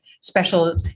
special